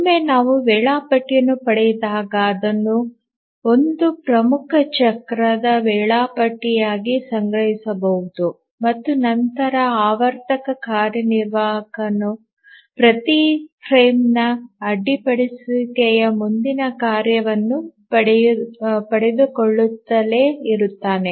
ಒಮ್ಮೆ ನಾವು ವೇಳಾಪಟ್ಟಿಯನ್ನು ಪಡೆದಾಗ ಅದನ್ನು ಒಂದು ಪ್ರಮುಖ ಚಕ್ರದ ವೇಳಾಪಟ್ಟಿಯಾಗಿ ಸಂಗ್ರಹಿಸಬಹುದು ಮತ್ತು ನಂತರ ಆವರ್ತಕ ಕಾರ್ಯನಿರ್ವಾಹಕನು ಪ್ರತಿ ಫ್ರೇಮ್ನ ಅಡ್ಡಿಪಡಿಸುವಿಕೆಯ ಮುಂದಿನ ಕಾರ್ಯವನ್ನು ಪಡೆದುಕೊಳ್ಳುತ್ತಲೇ ಇರುತ್ತಾನೆ